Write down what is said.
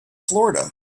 florida